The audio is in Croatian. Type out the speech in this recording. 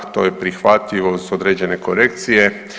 To je prihvatljivo uz određene korekcije.